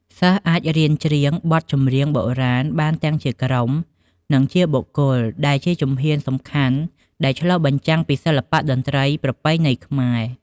សិស្សអាចរៀនច្រៀងបទចម្រៀងបុរាណបានទាំងជាក្រុម និងជាបុគ្គល ដែលជាជំហានសំខាន់ដែលឆ្លុះបញ្ចាំងពីសិល្បៈតន្ត្រីប្រពៃណីខ្មែរ។